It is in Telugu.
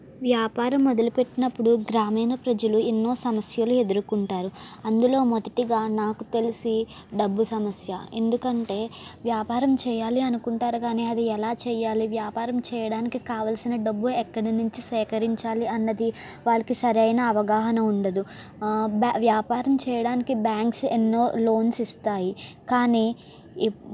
వ్యాపారం మొదలుపెట్టినప్పుడు గ్రామీణ ప్రజలు ఎన్నో సమస్యలు ఎదుర్కొంటారు అందులో మొదటిగా నాకు తెలిసి డబ్బు సమస్య ఎందుకంటే వ్యాపారం చేయాలి అనుకుంటారు కానీ అది ఎలా చెయ్యాలి వ్యాపారం చేయడానికి కావలసిన డబ్బు ఎక్కడి నుంచి సేకరించాలి అన్నది వాళ్ళకి సరైన అవగాహన ఉండదు వ్యాపారం చేయడానికి బ్యాంక్స్ ఎన్నో లోన్స్ ఇస్తాయి కానీ